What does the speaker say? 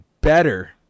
better